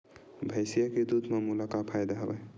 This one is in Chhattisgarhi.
भैंसिया के दूध म मोला का फ़ायदा हवय?